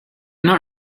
not